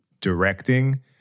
directing